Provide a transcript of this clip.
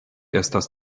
estas